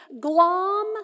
glom